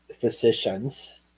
physicians